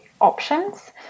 options